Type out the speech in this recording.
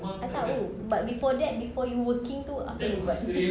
I tahu but before that before you working itu apa